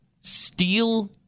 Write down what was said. steal